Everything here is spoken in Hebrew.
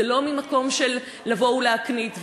זה לא ממקום של לבוא ולהקניט.